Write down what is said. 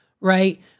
right